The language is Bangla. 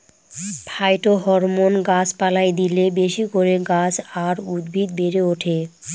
ফাইটোহরমোন গাছ পালায় দিলে বেশি করে গাছ আর উদ্ভিদ বেড়ে ওঠে